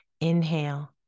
Inhale